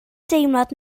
deimlad